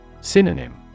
Synonym